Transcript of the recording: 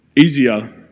easier